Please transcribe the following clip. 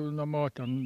namo ten